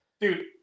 Dude